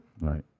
Right